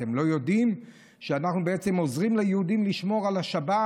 אתם לא יודעים שאנחנו בעצם עוזרים ליהודים לשמור על השבת?